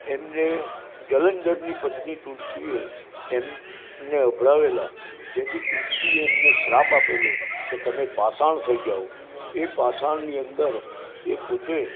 એમને જલંધરની પત્ની તુલસીએ એમને અભડાવેલાં જેથી તુલસીએ એમને શ્રાપ આપેલો કે તમે પાષાણ થઈ જાઓ એ પાષાણની અંદર એ પોતે